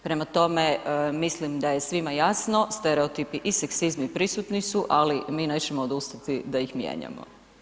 Prema tome, mislim da je svima jasno, stereotipi i seksizmi prisutni su, ali mi nećemo odustati da ih mijenjamo.